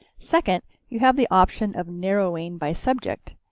second, you have the option of narrowing by subject.